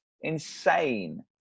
insane